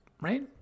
right